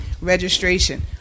registration